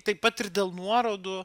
taip pat ir dėl nuorodų